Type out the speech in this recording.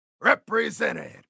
represented